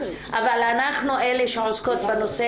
אבל אנחנו אלה שעוסקות בנושא,